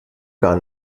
gar